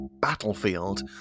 battlefield